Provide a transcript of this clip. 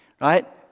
right